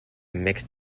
mixed